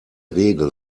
regel